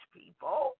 people